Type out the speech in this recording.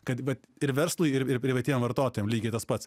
kad bet ir verslui ir ir privatiem vartotojam lygiai tas pats